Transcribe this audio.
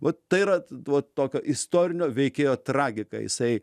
vat tai yra vat tokio istorinio veikėjo tragika jisai